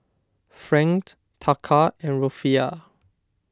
Franc Taka and Rufiyaa